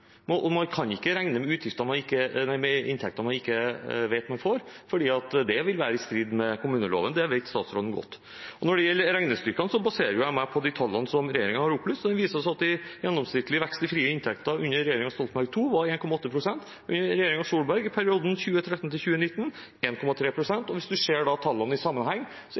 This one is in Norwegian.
Man kan ikke regne med inntekter man ikke vet om man får, for det vil være i strid med kommuneloven. Det vet statsråden godt. Når det gjelder regnestykkene, baserer jeg meg på de tallene som regjeringen har opplyst. De viser oss at gjennomsnittlig vekst i de frie inntektene under regjeringen Stoltenberg II var 1,8 pst. og under regjeringen Solberg i perioden 2013–2019 1,3 pst. Hvis man ser tallene i sammenheng,